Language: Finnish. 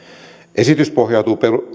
esitys perustuu